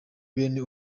bene